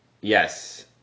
Yes